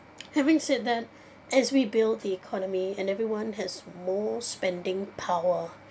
having said that as we build the economy and everyone has more spending power